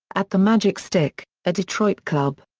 at the magic stick, a detroit club.